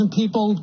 people